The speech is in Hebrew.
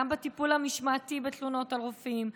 גם בטיפול המשמעתי בתלונות על רופאים.